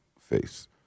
face